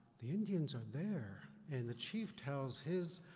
the indians are there, and the chief tells his